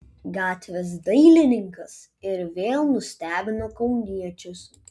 gatvės dailininkas ir vėl nustebino kauniečius